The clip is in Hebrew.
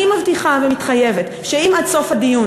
אני מבטיחה ומתחייבת שאם עד סוף הדיון